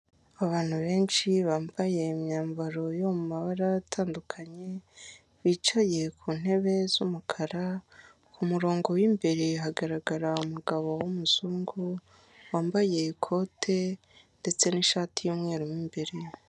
Abantu benshi, bambaye imyambaro yo mu mabara atandukanye, bicaye ku ntebe z'umukara, ku murongo w'imbere hagaragara umugabo w'umuzungu, wambaye ikote ndetse n'ishati y'umweru mo imbere.